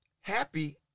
happy